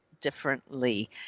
differently